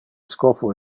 scopo